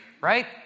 right